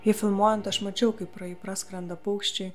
jį filmuojant aš mačiau kaip pro jį praskrenda paukščiai